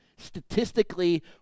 statistically